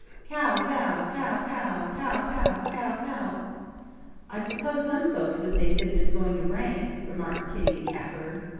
kow-kow-how-kow-kow-kow-kow-kow! i suppose some folks would think that it is going to rain, remarked kitty the catbird.